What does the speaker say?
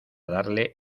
darle